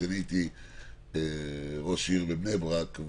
כשהייתי ראש עיר בבני ברק,